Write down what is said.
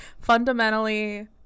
Fundamentally